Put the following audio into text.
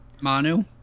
Manu